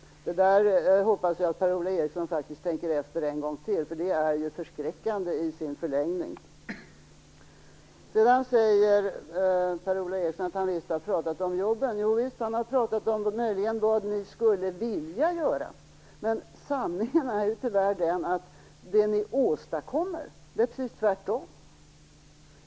Jag hoppas att Per-Ola Eriksson tänker efter en gång till. Det är förskräckande i sin förlängning. Per-Ola Eriksson säger att han visst har pratat om jobben. Ja, han har pratat om vad Centern skulle vilja göra. Men sanningen är tyvärr att det ni åstadkommer är precis tvärtom.